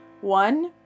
one